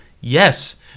Yes